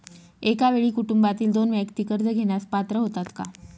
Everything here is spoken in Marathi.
एका वेळी कुटुंबातील दोन व्यक्ती कर्ज घेण्यास पात्र होतात का?